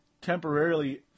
temporarily